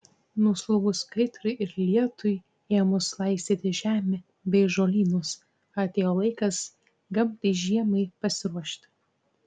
nuslūgus kaitrai ir lietui ėmus laistyti žemę bei žolynus atėjo laikas gamtai žiemai pasiruošti